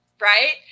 right